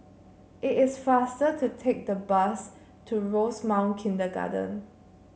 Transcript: it is faster to take the bus to Rosemount Kindergarten